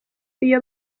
iyo